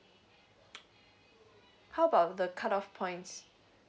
how about the cut off of points